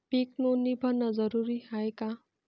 पीक नोंदनी भरनं जरूरी हाये का?